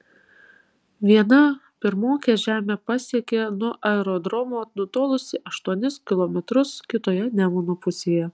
viena pirmokė žemę pasiekė nuo aerodromo nutolusi aštuonis kilometrus kitoje nemuno pusėje